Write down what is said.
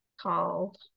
called